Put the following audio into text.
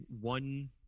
one